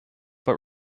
but